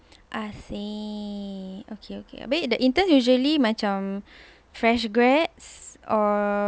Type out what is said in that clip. I see okay okay wait the interns usually macam fresh grads or